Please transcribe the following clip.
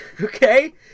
Okay